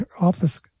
Office